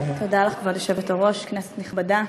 כבוד היושבת-ראש, תודה לך, כנסת נכבדה,